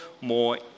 more